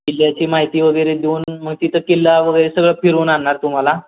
किल्ल्याची माहिती वगैरे देऊन मग तिथं किल्ला वगैरे सगळं फिरून आणणार तुम्हाला